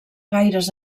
gaires